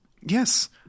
Yes